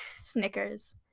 Snickers